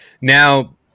Now